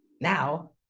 now